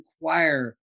require